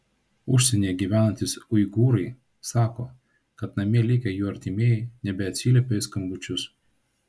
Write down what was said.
užsienyje gyvenantys uigūrai sako kad namie likę jų artimieji nebeatsiliepia į skambučius